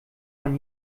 man